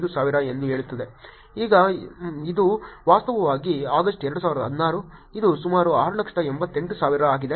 ಮತ್ತು ಈಗ ಇದು ವಾಸ್ತವವಾಗಿ ಆಗಸ್ಟ್ 2016 ಇದು ಸುಮಾರು 688000 ಆಗಿದೆ